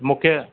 मूंखे